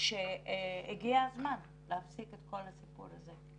שהגיע הזמן להפסיק את כל הסיפור הזה.